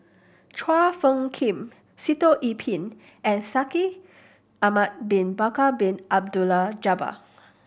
Chua Phung Kim Sitoh Yih Pin and Shaikh Ahmad Bin Bakar Bin Abdullah Jabbar